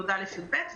י"א וי"ב,